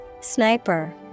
Sniper